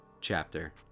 chapter